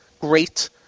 great